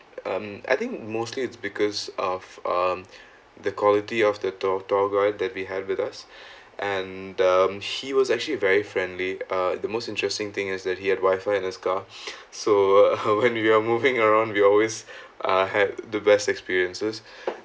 um I think mostly it's because of um the quality of the tour tour guide that we had with us and um he was actually very friendly uh the most interesting thing is that he had wifi in his car so uh when we are moving around we always uh had the best experiences